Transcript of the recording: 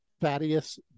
Thaddeus